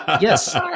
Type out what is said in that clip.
Yes